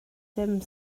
ddim